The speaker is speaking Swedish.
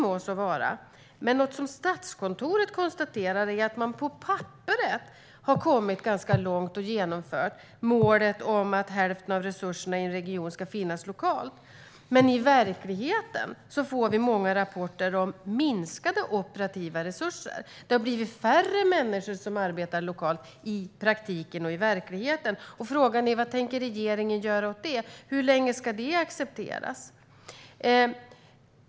Må så vara, men något som Statskontoret konstaterar är att man på papperet har kommit ganska långt och genomfört målet om att hälften av resurserna i en region ska finnas lokalt, men i verkligheten får vi många rapporter om minskade operativa resurser. Det har blivit färre människor som arbetar lokalt i praktiken. Frågan är vad regeringen tänker göra åt det. Hur länge ska det accepteras?